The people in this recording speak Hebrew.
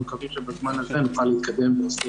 אנחנו מקווים שבזמן הזה נוכל להתקדם להסדר